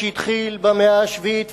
שהתחיל במאה השביעית,